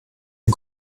ein